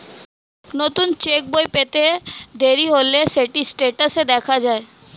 নতুন চেক্ বই পেতে দেরি হলে সেটি স্টেটাসে দেখা যায়